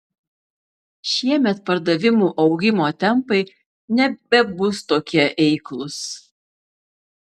šiemet pardavimų augimo tempai nebebus tokie eiklūs